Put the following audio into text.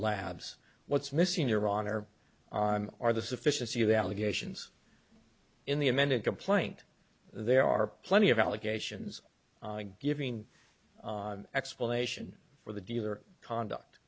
labs what's missing in iran or on are the sufficiency of the allegations in the amended complaint there are plenty of allegations giving explanation for the dealer conduct